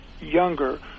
younger